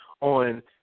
on